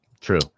True